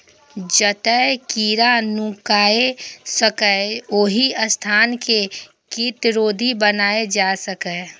जतय कीड़ा नुकाय सकैए, ओहि स्थान कें कीटरोधी बनाएल जा सकैए